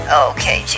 okay